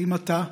האם אתה,